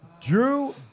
Drew